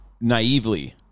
naively